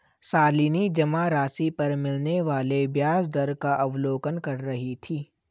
शालिनी जमा राशि पर मिलने वाले ब्याज दर का अवलोकन कर रही थी